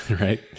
right